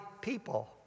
people